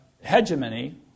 hegemony